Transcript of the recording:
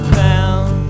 found